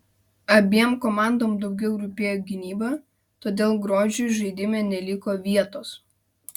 abiem komandom daugiau rūpėjo gynyba todėl grožiui žaidime neliko vietos